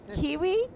Kiwi